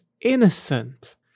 innocent